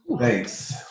Thanks